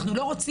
אנחנו לא רוצים.